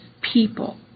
people